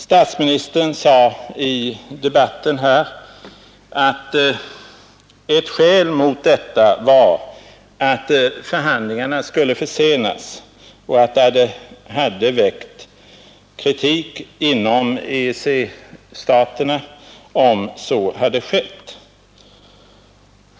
Statsministern sade i debatten, att ett skäl mot detta var att förhandlingarna skulle försenas och att det skulle ha väckt kritik inom EEC-staterna om vi begärt associering.